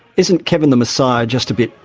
isn't kevin the messiah just a bit,